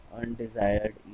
undesired